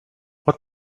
what